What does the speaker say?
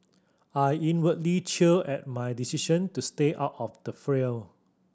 I inwardly cheer at my decision to stay out of the fray